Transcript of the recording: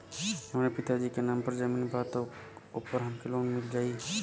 हमरे पिता जी के नाम पर जमीन बा त ओपर हमके लोन मिल जाई?